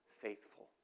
faithful